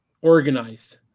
organized